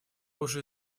уже